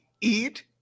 eat